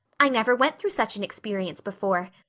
i never went through such an experience before.